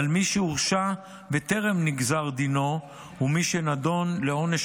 מי שהורשע בטרם נגזר דינו ומי שנידון לעונש